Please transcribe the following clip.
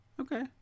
okay